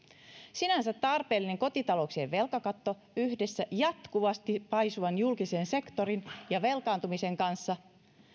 sinänsä tarpeellinen kotitalouksien velkakatto yhdessä jatkuvasti paisuvan julkisen sektorin ja velkaantumisen kanssa